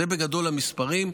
בגדול אלו המספרים.